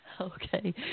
Okay